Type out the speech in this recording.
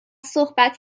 صحبت